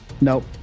Nope